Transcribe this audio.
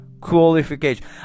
qualification